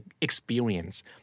experience